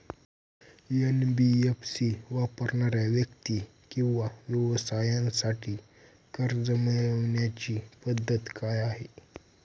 NBFC वापरणाऱ्या व्यक्ती किंवा व्यवसायांसाठी कर्ज मिळविण्याची पद्धत काय आहे?